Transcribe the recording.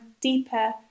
deeper